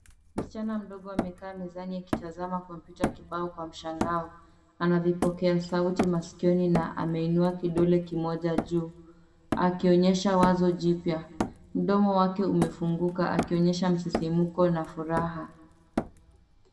Msichana mdogo amekaa mezani akitazama kompyuta kibao kwa mshangao. Ana vipokea sauti masikioni na ameinua kidole kimoja juu, akionyesha wazo jipya. Mdomo wake umefunguka akionyesha msisimko na furaha.